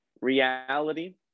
Reality